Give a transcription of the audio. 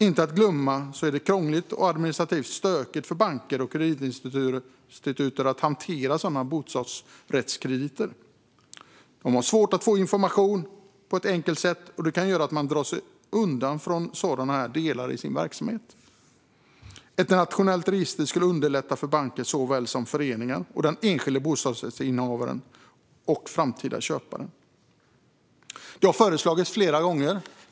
Inte att glömma är det krångligt och administrativt stökigt för banker och kreditinstitut att hantera sådana bostadsrättskrediter. De har svårt att få information på ett enkelt sätt, och det kan göra att de drar sig undan från sådana delar i sin verksamhet. Ett nationellt register skulle underlätta för banker såväl som för föreningar liksom för den enskilde bostadsrättsinnehavaren och framtida köpare.